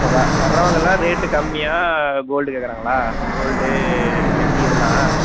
இப்போ வ வர்றவங்கல்லாம் ரேட்டு கம்மியாக கோல்டு கேட்கறாங்களா கோல்டு வெள்ளி இதெல்லாம்